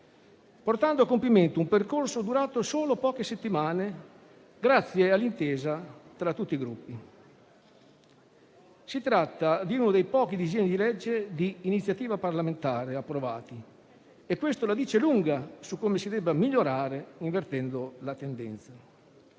portando a compimento un percorso durato solo poche settimane, grazie all'intesa tra tutti i Gruppi. Si tratta di uno dei pochi disegni di legge di iniziativa parlamentare approvati e questo la dice lunga su come si debba migliorare, invertendo la tendenza.